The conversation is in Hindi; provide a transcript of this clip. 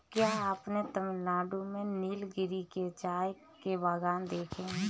क्या आपने तमिलनाडु में नीलगिरी के चाय के बागान देखे हैं?